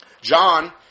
John